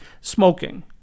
smoking